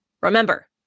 Remember